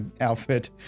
outfit